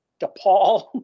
DePaul